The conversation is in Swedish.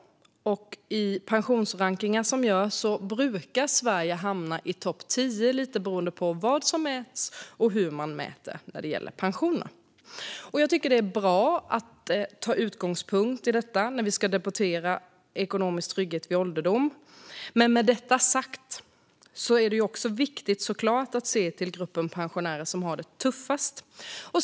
I de pensionsrankningar som görs brukar Sverige hamna i topp tio, lite beroende på vad som mäts och hur mätningarna görs. Jag tycker att det är bra att ha detta som utgångspunkt när vi ska debattera ekonomisk trygghet vid ålderdom. Men med det sagt är det såklart viktigt att se till gruppen pensionärer som har det tuffast.